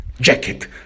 jacket